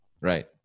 Right